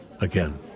again